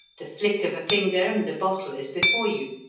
the flick of a finger and the bottle is before you.